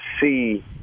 see